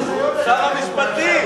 שר המשפטים.